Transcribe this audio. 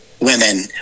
women